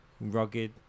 rugged